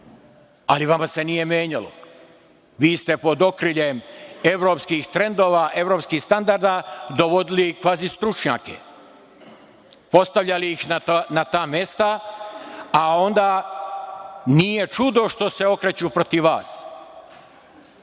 Ali, vama se nije menjalo. Vi ste pod okriljem evropskih trendova, evropskih standarda dovodili kvazi stručnjake, postavljali ih na ta mesta, a onda nije čudo što se okreću protiv